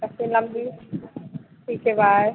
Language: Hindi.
ऐसे लम्बी ठीक है बाय